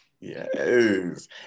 Yes